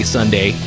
Sunday